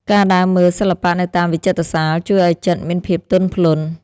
ការដើរមើលសិល្បៈនៅតាមវិចិត្រសាល ជួយឱ្យចិត្តមានភាពទន់ភ្លន់។